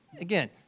Again